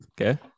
Okay